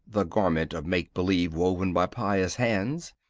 the garment of make-believe woven by pious hands,